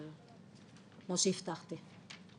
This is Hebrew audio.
אבל כמו שהבטחתי.